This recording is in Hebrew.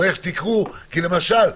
כי למשל,